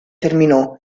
terminò